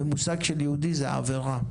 במושג של יהודי זה עברה,